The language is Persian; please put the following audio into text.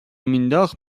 مینداخت